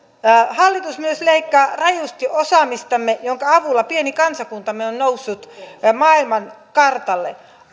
hallitus myös leikkaa rajusti osaamistamme jonka avulla pieni kansakuntamme on noussut maailmankartalle